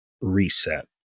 Reset